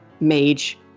mage